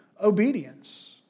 Obedience